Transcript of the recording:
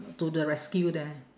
to the rescue there